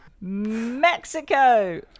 Mexico